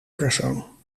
persoon